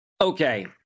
Okay